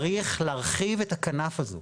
צריך להרחיב את הכנף הזו,